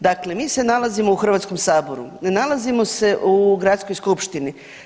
Dakle, mi se nalazimo u Hrvatskom saboru, ne nalazimo se u Gradskoj skupštini.